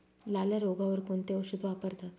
लाल्या रोगावर कोणते औषध वापरतात?